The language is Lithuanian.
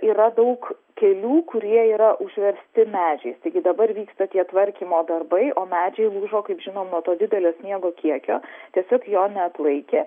yra daug kelių kurie yra užversti medžiais taigi dabar vyksta tie tvarkymo darbai o medžiai lūžo kaip žinom nuo to didelio sniego kiekio tiesiog jo neatlaikė